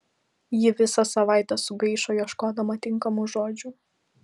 ji visą savaitę sugaišo ieškodama tinkamų žodžių